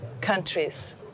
countries